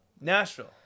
Nashville